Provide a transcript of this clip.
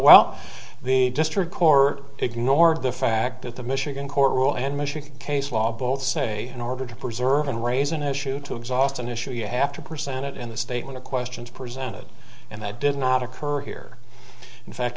well the district court ignored the fact that the michigan court rule and michigan case law both say in order to preserve and raise an issue to exhaust an issue you have to presented in the statement of questions presented and that did not occur here in